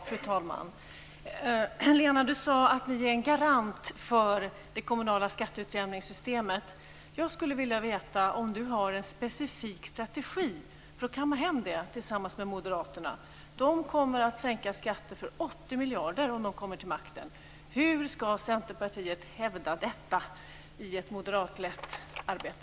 Fru talman! Lena sade att Centerpartiet är en garant för det kommunala skatteutjämningssystemet. Jag skulle vilja veta om Lena Ek har någon specifik strategi för att kamma hem det tillsammans med moderaterna. De kommer att sänka skatter med 80 miljarder om de kommer till makten. Hur ska Centerpartiet kunna hävda detta i ett moderatlett arbete?